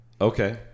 okay